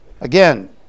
again